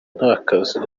ntakazi